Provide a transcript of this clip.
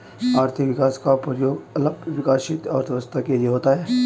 आर्थिक विकास का प्रयोग अल्प विकसित अर्थव्यवस्था के लिए होता है